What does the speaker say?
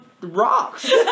rocks